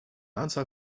anzahl